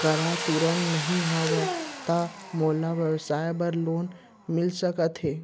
करा तुरंत नहीं हवय त मोला व्यवसाय बर लोन मिलिस सकथे?